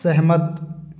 सहमत